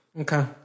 Okay